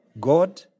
God